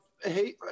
Hey